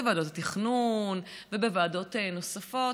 בוועדת התכנון ובוועדות נוספות,